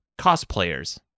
cosplayers